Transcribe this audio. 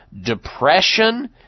depression